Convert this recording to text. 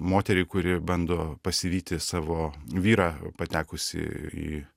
moterį kuri bando pasivyti savo vyrą patekusį į